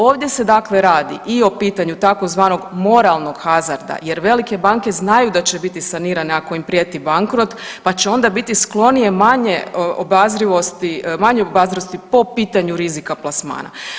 Ovdje se dakle radi i o pitanju tzv. moralnog hazarda jer velike banke znaju da će biti sanirane ako im prijeti bankrot pa će onda biti sklonije manje obazrivosti, manje obazrivosti po pitanju rizika plasmana.